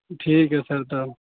ٹھیک ہے سر تو